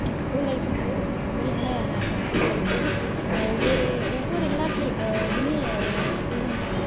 எங்கள் ஸ்கூல் லைஃபுங்கிறது ரொம்ப மெமரியான ஸ்கூல் லைஃபு ஒவ்வொரு ஒவ்வொரு எல்லாப் எதுவுமே ஒரு ஒரு